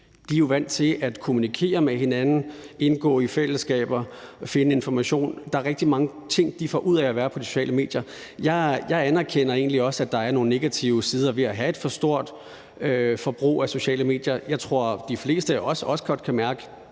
de jo er vant til at kommunikere med hinanden, indgå i fællesskaber og finde information. Der er rigtig mange ting, de får ud at være på sociale medier. Jeg anerkender egentlig også, at der er nogle negative sider ved at have et for stort forbrug af sociale medier. Jeg tror, at de fleste af os også godt kan mærke,